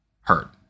hurt